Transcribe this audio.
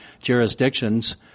jurisdictions